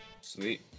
sweet